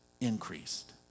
increased